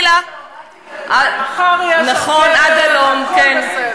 לכו שוב תקראו את ספרות השו"ת.